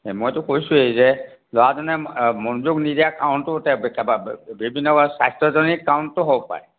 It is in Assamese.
মইতো কৈছোঁৱেই যে ল'ৰাজনে মনোযোগ নিদিয়া কাৰনটো হৈছে বিভিন্ন স্বাস্থ্যজনিত কাৰণতো হ'ব পাৰে